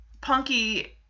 Punky